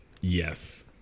Yes